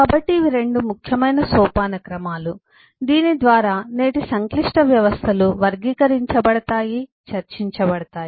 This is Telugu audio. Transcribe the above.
కాబట్టి ఇవి 2 ముఖ్యమైన సోపానక్రమాలు దీని ద్వారా నేటి సంక్లిష్ట వ్యవస్థలు వర్గీకరించబడతాయి చర్చించబడతాయి